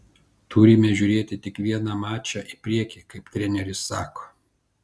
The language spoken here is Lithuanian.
turime žiūrėti tik vieną mačą į priekį kaip treneris sako